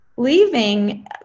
leaving